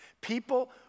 People